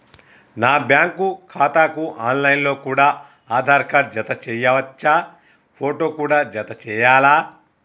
నా బ్యాంకు ఖాతాకు online లో కూడా ఆధార్ కార్డు జత చేయవచ్చా ఫోటో కూడా జత చేయాలా?